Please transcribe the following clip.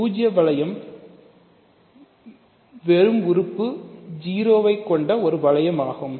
பூஜ்ஜிய வளையம் வெறும் ஒரு உறுப்பு 0 ஐக் கொண்ட வளையம் ஆகும்